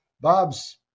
Bob's